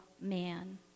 man